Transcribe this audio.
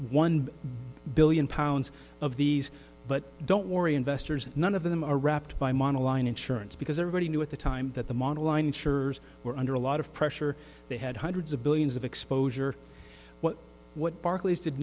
one billion pounds of these but don't worry investors none of them are wrapped by monna line insurance because everybody knew at the time that the model line insurers were under a lot of pressure they had hundreds of billions of exposure what what barclays did